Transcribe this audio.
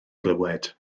glywed